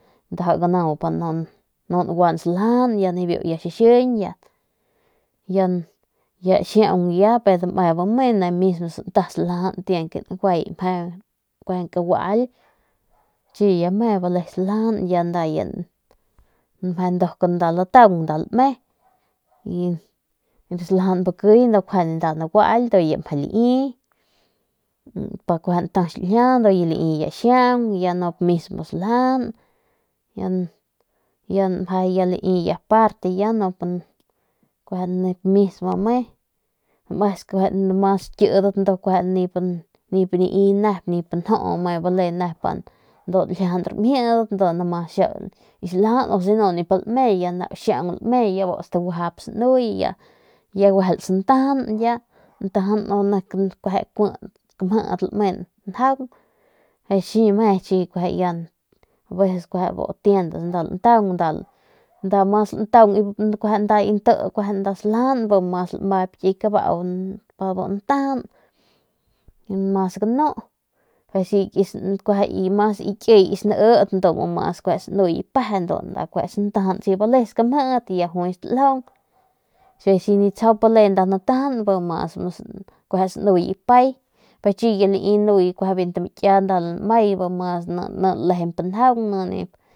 Ganau ya nu nguan saljajan ya xixiñ y dame bi me mismo santa saljajan lame ke nguay meje kueje kagual chi ya me bale saljajan ya meje nduk nda lataung ya nda lame ru saljajan bikiy ndu kjuande ya lai pa nta xiljia ndu ya lai ya xiau ya nup mismo saljajan ya lai parte ya nup mismo me damesku mas xikidat bi nip lai nep nip nju nep nljiajan ramjidat xiau ki saljajan lame y si nip lame ya nau xiau lame ujuy ya bu staguajap sanuye ya guejel santajan ya ntajan nip kueje kui nik lame bu njaung y chi me ya veces bu tienda nda lataung nda mas lantaung mas nti saljajan bi mas nda kiy kabau mas nda bu ntajan mas ganu y i mas ki kiy sani ndu mas ki kiy peje nda santajan y si bale skamjit nda juay y si mas nip bale nda natajan bi mas sanuye nda pay pero chi ya lami nuye biu mikia ni mas lalejemp njaung ni nip kui mas bale saljajan chi ya lami nep njeu sanuant skamjit ya nda bu stataung meje.